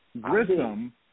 Grissom